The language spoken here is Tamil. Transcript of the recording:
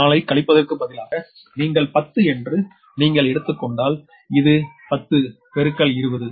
4 ஐக் கழிப்பதற்குப் பதிலாக நீங்கள் 10 என்று நீங்கள் எடுத்துக் கொண்டால் இது 10பெருக்கல் 20